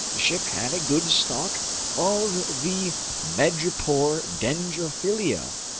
the ship had a good stock of the madrepore dendrophylia,